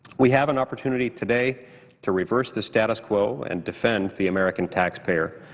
we have an opportunity today to reverse the status quo and defend the american taxpayer.